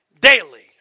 daily